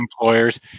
employers